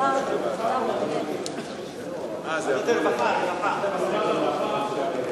יותר מפעם אחת),